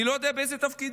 אני לא יודע באיזה תפקידים,